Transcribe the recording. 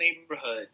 neighborhood